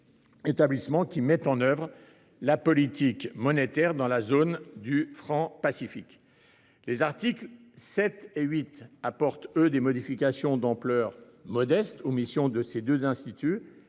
qui met en oeuvre la politique monétaire dans la zone du franc Pacifique. Les articles 7 et 8, qui apportent des modifications d'ampleur modeste aux missions de ces deux instituts,